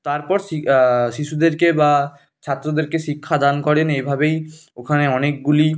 তারপর শি শিশুদেরকে বা ছাত্রদেরকে শিক্ষাদান করেন এভাবেই ওখানে অনেকগুলি